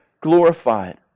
glorified